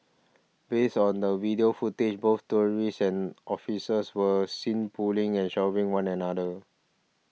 based on the video footage both tourists and officers were seen pulling and shoving one another